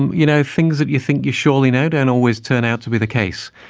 you know things that you think you surely know don't always turn out to be the case.